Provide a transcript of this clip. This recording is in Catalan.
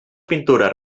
pintures